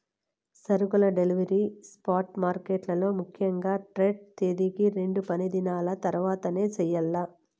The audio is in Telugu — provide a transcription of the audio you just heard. సరుకుల డెలివరీ స్పాట్ మార్కెట్లలో ముఖ్యంగా ట్రేడ్ తేదీకి రెండు పనిదినాల తర్వాతనే చెయ్యాల్ల